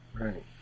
Right